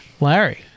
Larry